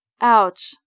Ouch